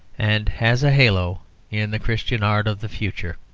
and has a halo in the christian art of the future.